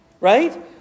right